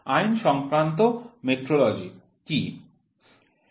আইনসংক্রান্ত metrology কী